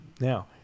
Now